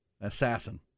assassin